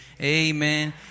amen